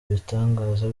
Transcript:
ibitangaza